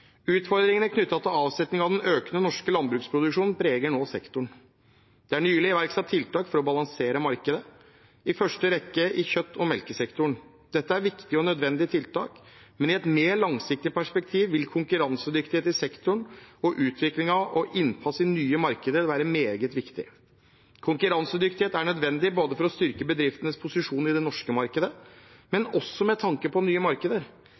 Utfordringene knyttet til avsetning av den økende norske landbruksproduksjonen preger nå sektoren. Det er nylig iverksatt tiltak for å balansere markedet, i første rekke i kjøtt- og melkesektoren. Dette er viktige og nødvendige tiltak, men i et mer langsiktig perspektiv vil konkurransedyktighet i sektoren og utvikling av og innpass i nye markeder være meget viktig. Konkurransedyktighet er nødvendig for å styrke bedriftenes posisjon i det norske markedet, men også med tanke på nye markeder.